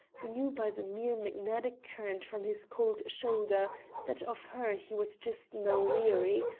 knew by the mere magnetic current from his cold shoulder that of her he was just now weary,